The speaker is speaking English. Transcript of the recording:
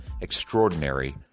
extraordinary